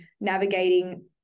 navigating